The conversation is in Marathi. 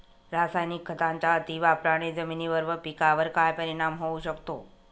रासायनिक खतांच्या अतिवापराने जमिनीवर व पिकावर काय परिणाम होऊ शकतो?